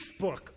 Facebook